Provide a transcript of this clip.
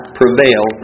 prevail